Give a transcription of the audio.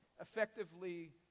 effectively